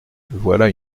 voilà